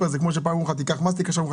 לגופו מיקרו-פלסטיק וננו-פלסטיק בכמות